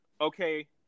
okay